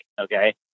okay